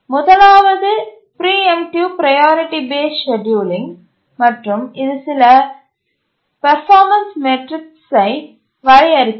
முதலாவது preemptive priority based scheduling மற்றும் இது சில பர்பாமன்ஸ் மெட்ரிக்ஸ்சை வரையறுக்கிறது